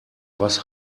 was